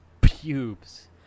Pubes